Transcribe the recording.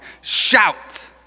shout